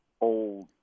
old